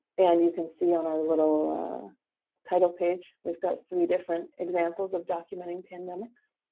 and you can see on our little title page, we've got three different examples of documenting pandemics.